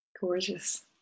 Gorgeous